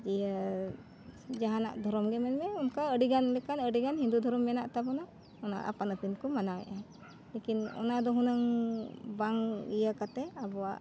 ᱤᱭᱟᱹ ᱡᱟᱦᱟᱱᱟᱜ ᱫᱷᱚᱨᱚᱢ ᱜᱮ ᱢᱮᱱ ᱢᱮ ᱚᱱᱠᱟ ᱟᱹᱰᱤ ᱜᱟᱱ ᱞᱮᱠᱟᱱ ᱟᱹᱰᱤ ᱜᱟᱱ ᱦᱤᱱᱫᱩ ᱫᱷᱚᱨᱚᱢ ᱢᱮᱱᱟᱜ ᱛᱟᱵᱚᱱᱟ ᱚᱱᱟ ᱟᱯᱟᱱ ᱟᱹᱯᱤᱱ ᱠᱚ ᱢᱟᱱᱟᱣᱮᱜᱼᱟ ᱞᱮᱠᱤᱱ ᱚᱱᱟ ᱫᱚ ᱦᱩᱱᱟᱹᱝ ᱵᱟᱝ ᱤᱭᱟᱹ ᱠᱟᱛᱮᱫ ᱟᱵᱚᱣᱟᱜ